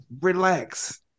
relax